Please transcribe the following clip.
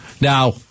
Now